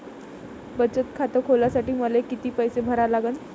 बचत खात खोलासाठी मले किती पैसे भरा लागन?